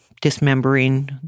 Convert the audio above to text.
dismembering